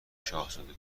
شاهزاده